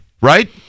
right